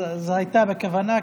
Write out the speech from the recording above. זה היה בכוונה,